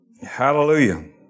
Hallelujah